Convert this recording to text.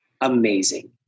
amazing